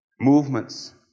Movements